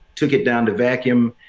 took it down to vacuum.